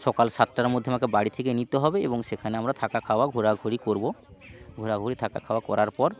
সকাল সাতটার মধ্যে আমাকে বাড়ি থেকে নিতে হবে এবং সেখানে আমরা থাকা খাওয়া ঘোরাঘুরি করবো ঘোরাঘুরি থাকা খাওয়া করার পর